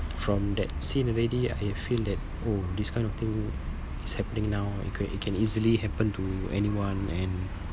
from that scene already I feel that oh this kind of thing is happening now it could it can easily happen to anyone and